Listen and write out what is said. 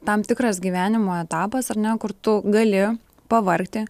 tam tikras gyvenimo etapas ar ne kur tu gali pavargti